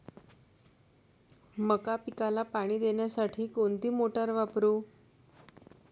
मका पिकाला पाणी देण्यासाठी कोणती मोटार वापरू?